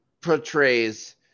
portrays